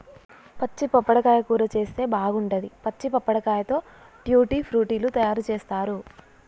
పచ్చి పప్పడకాయ కూర చేస్తే బాగుంటది, పచ్చి పప్పడకాయతో ట్యూటీ ఫ్రూటీ లు తయారు చేస్తారు